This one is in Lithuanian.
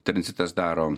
tranzitas daro